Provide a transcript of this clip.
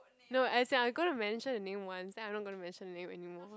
no as in I going to mention her name once then I'm not going to mention the name anymore